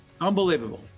unbelievable